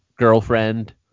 girlfriend